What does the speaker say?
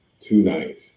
tonight